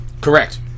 correct